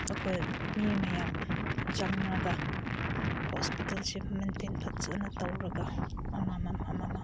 ꯑꯩꯈꯣꯏ ꯃꯤ ꯃꯌꯥꯝ ꯆꯪꯂꯒ ꯍꯣꯁꯄꯤꯇꯥꯜꯁꯦ ꯃꯦꯟꯇꯦꯟ ꯐꯖꯅ ꯇꯧꯔꯒ ꯑꯃꯃꯝ ꯑꯃꯃꯝ